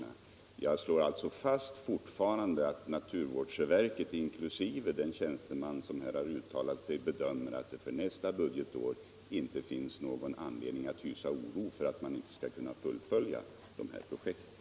Jag slår än en gång fast att naturvårdsverket inkl. den tjänsteman som har uttalat sig bedömer saken så, att det för nästa budgetår inte finns någon anledning att hysa oro för att man inte skall kunna fullfölja projekten.